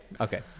okay